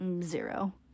Zero